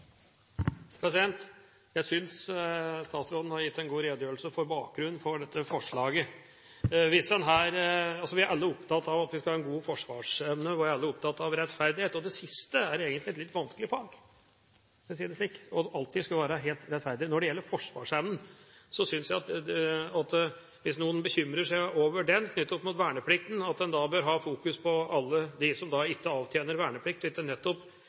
omme. Jeg synes statsråden har gitt en god redegjørelse for bakgrunnen for dette forslaget. Vi er alle opptatt av at vi skal ha en god forsvarsevne, og vi er alle opptatt av rettferdighet. Det siste, det alltid å skulle være helt rettferdig, er egentlig et litt vanskelig fag, hvis jeg kan si det slik. Hvis noen bekymrer seg for forsvarsevnen knyttet opp mot verneplikten, bør en fokusere på alle dem som ikke avtjener verneplikt, og ikke på dem som av pasifistiske grunner blir fritatt. For det kan også stilles spørsmål ved hvor rettferdig det er at nettopp